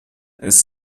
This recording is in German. ist